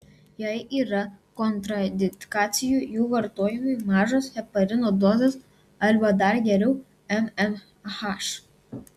jei yra kontraindikacijų jų vartojimui mažos heparino dozės arba dar geriau mmmh